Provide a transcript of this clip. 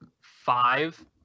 five